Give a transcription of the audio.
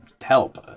help